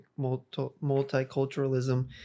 multiculturalism